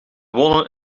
wonen